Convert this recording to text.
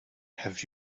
have